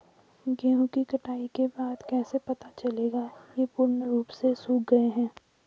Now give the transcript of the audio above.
गेहूँ की कटाई के बाद कैसे पता चलेगा ये पूर्ण रूप से सूख गए हैं?